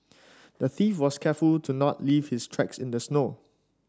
the thief was careful to not leave his tracks in the snow